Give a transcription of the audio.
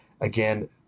Again